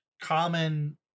common